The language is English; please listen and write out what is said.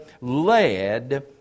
led